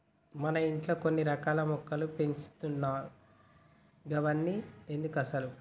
మన ఇంట్లో కొన్ని రకాల మొక్కలు పెంచుతున్నావ్ గవన్ని ఎందుకసలు